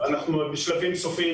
אנחנו בשלבים סופיים